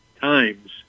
times